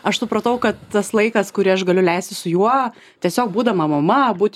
aš supratau kad tas laikas kurį aš galiu leisti su juo tiesiog būdama mama būti